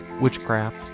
witchcraft